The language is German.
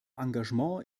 engagement